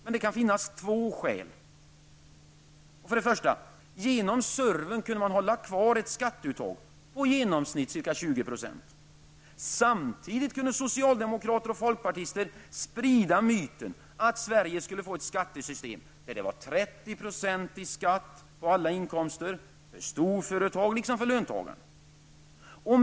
Men det kan finnas två skäl. Först och främst kunde man genom denna SURV hålla kvar ett skatteuttag om i genomsnitt ca 20 %. Samtidigt kunde socialdemokrater och folkpartister sprida myten att Sverige skulle få ett skattesystem med 30 % skatt på alla inkomster, såväl för storföretag som för löntagare.